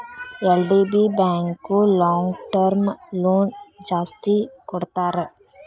LDB bank long term loan ಜಾಸ್ತಿ ಕೊಡ್ತಾರ